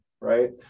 right